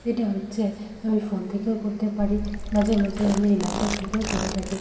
সেটা হচ্ছে আমি ফোন থেকেও করতে পারি মাঝে মাঝে আমি ল্যাপটপ থেকেও করে থাকি